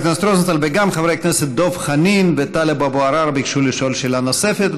וגם חברי הכנסת דב חנין וטלב אבו עראר ביקשו לשאול שאלה נוספת.